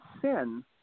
sin